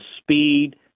speed